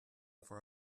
for